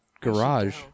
garage